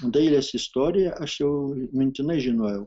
dailės istoriją aš jau mintinai žinojau